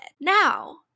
Now